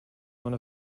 one